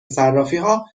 صرافیها